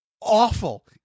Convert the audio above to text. awful